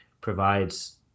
provides